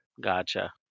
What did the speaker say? Gotcha